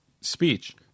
speech